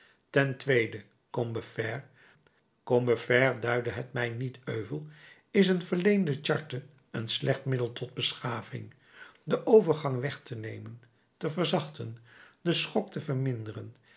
ten tweede combeferre duide het mij niet euvel is een verleende charte een slecht middel tot beschaving den overgang weg te nemen te verzachten den schok te verminderen